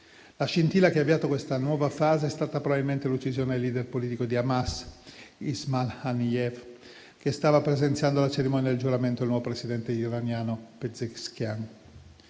La scintilla che ha avviato questa nuova fase è stata probabilmente l'uccisione del *leader* politico di Hamas, Ismail Haniyeh, che stava presenziando alla cerimonia del giuramento del nuovo presidente iraniano Pezeshkian.